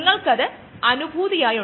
അതിനാൽ ഇതാണ് ഫോട്ടോബയോറിയാക്ടർ